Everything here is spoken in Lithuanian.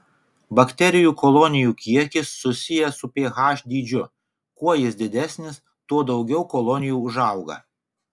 bakterijų kolonijų kiekis susijęs su ph dydžiu kuo jis didesnis tuo daugiau kolonijų užauga